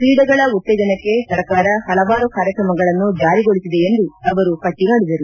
ಕ್ರೀಡೆಗಳ ಉತ್ತೇಜನಕ್ಕೆ ಸರ್ಕಾರ ಪಲವಾರು ಕಾರ್ಯಕ್ರಮಗಳನ್ನು ಜಾರಿಗೊಳಿಸಿದೆ ಎಂದು ಅವರು ಪಟ್ಟಿ ಮಾಡಿದರು